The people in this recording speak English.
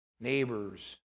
neighbors